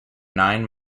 nine